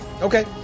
Okay